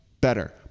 better